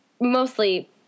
mostly